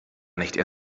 nicht